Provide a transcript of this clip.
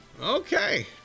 Okay